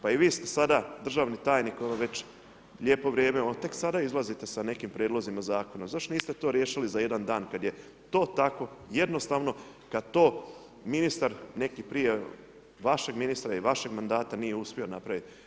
Pa i vi ste sada državni tajnik već lijepo vrijeme, tek sada izlazite sa nekim prijedlozima zakona, zašto niste to riješili za jedan dan kad je to tako jednostavno, kad to ministar neki prije vašeg ministra i vašeg mandata nije uspio napraviti?